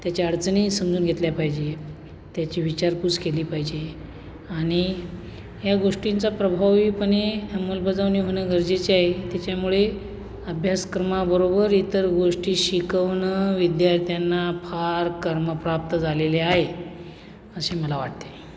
त्याच्या अडचणीही समजून घेतल्या पाहिजेत त्याची विचारपूस केली पाहिजे आणि या गोष्टींची प्रभावीपणे अंमलबजावणी होणं गरजेचे आहे त्याच्यामुळे अभ्यासक्रमाबरोबर इतर गोष्टी शिकवणं विद्यार्थ्यांना फार क्रमप्राप्त झालेले आहे असे मला वाटते आहे